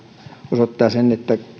osoittaa sen että